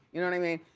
you know what i mean?